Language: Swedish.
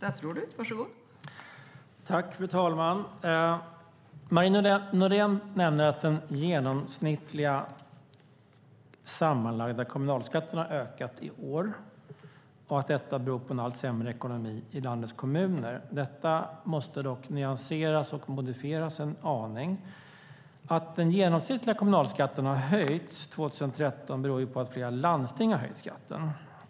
Fru talman! Marie Nordén nämner att den genomsnittliga sammanlagda kommunalskatten har ökat i år och att detta beror på en allt sämre ekonomi i landets kommuner. Detta måste dock nyanseras och modifieras en aning. Att den genomsnittliga kommunalskatten har höjts 2013 beror på att flera landsting har höjt skatten.